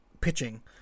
pitching